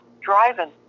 driving